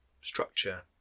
structure